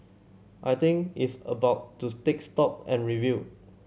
I think it's about to stake stock and review